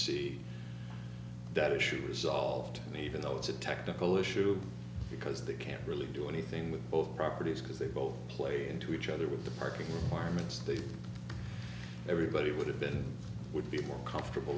see that issues solved even though it's a technical issue because they can't really do anything with both properties because they both play into each other with the parking permits they everybody would have been would be more comfortable